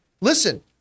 listen